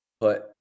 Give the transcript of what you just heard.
put